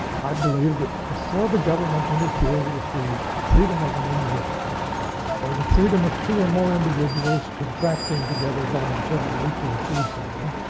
i believe that before the government interferes with the freedom of an individual or the freedom of two or more individuals contracting together voluntarily to achieve something,